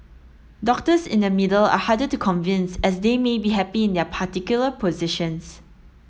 doctors in the middle are harder to convince as they may be happy in their particular positions